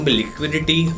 liquidity